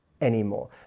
anymore